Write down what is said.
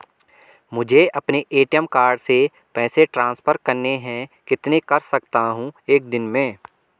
मुझे अपने ATM card से पैसे ट्रांसफर करने हैं कितने कर सकता हूँ एक दिन में?